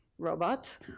robots